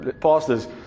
pastors